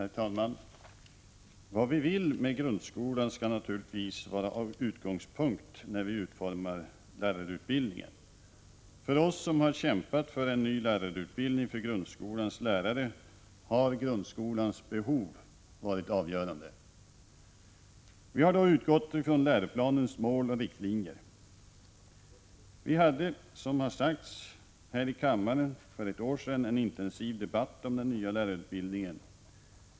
Herr talman! Vad vi vill med grundskolan skall naturligtvis vara utgångspunkt när vi utformar lärarutbildningen. För oss som har kämpat för en ny lärarutbildning för grundskolans lärare har grundskolans behov varit avgörande. Vi har då utgått från läroplanens mål och riktlinjer. Vi hade, som sagts, här i kammaren för ett år sedan en intensiv debatt om den nya lärarutbildningen.